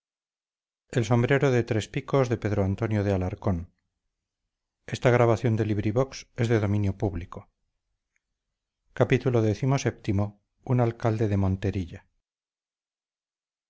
su sombrero de tres picos y por lo vistoso de